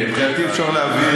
מבחינתי אפשר להעביר